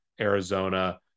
Arizona